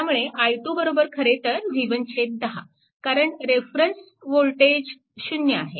त्यामुळे i2 खरेतर v1 10 कारण रेफरन्स वोल्टेज 0 आहे